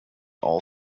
all